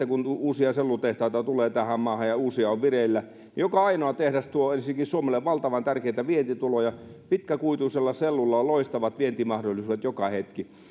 kun uusia sellutehtaita tulee tähän maahan ja uusia on vireillä niin tiedämme kaikki hyvin että joka ainoa tehdas tuo ensinnäkin suomelle valtavan tärkeitä vientituloja pitkäkuituisella sellulla on loistavat vientimahdollisuudet joka hetki